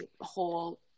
whole